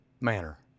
manner